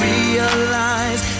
realize